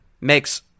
makes